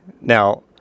Now